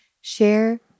share